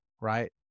Right